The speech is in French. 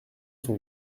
son